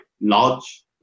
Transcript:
large